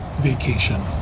vacation